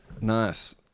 Nice